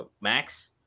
Max